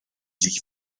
sich